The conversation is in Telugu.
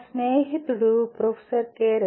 నా స్నేహితుడు ప్రొఫెసర్ కె